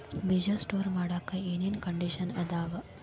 ಬೇಜ ಸ್ಟೋರ್ ಮಾಡಾಕ್ ಏನೇನ್ ಕಂಡಿಷನ್ ಅದಾವ?